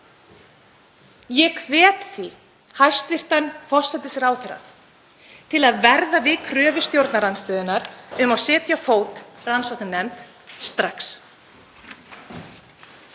Ég hvet því hæstv. forsætisráðherra til að verða við kröfu stjórnarandstöðunnar um að setja á fót rannsóknarnefnd strax.